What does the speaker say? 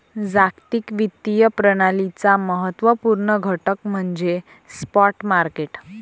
जागतिक वित्तीय प्रणालीचा महत्त्व पूर्ण घटक म्हणजे स्पॉट मार्केट